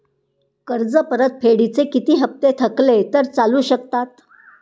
कर्ज परतफेडीचे किती हप्ते थकले तर चालू शकतात?